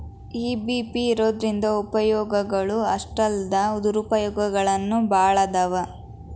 EBP ಇರೊದ್ರಿಂದಾ ಉಪಯೊಗಗಳು ಅಷ್ಟಾಲ್ದ ದುರುಪಯೊಗನೂ ಭಾಳದಾವ್